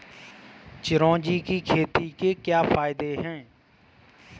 चिरौंजी की खेती के क्या फायदे हैं?